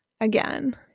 again